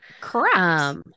Correct